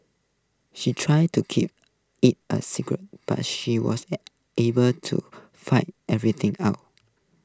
she tried to keep IT A secret but she was able to fight everything out